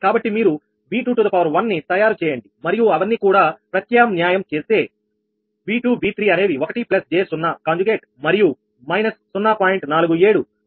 కాబట్టి మీరు 𝑉21 ని తయారు చేయండి మరియు అవన్నీ కూడా ప్రత్యామ్నాయం చేస్తే V2 V3 అనేవి 1 j 0 కాంజుగేట్ మరియు మైనస్ 0